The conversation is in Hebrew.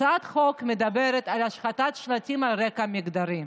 הצעת החוק מדברת על השחתת שלטים על רקע מגדרי.